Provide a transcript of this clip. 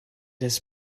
has